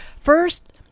First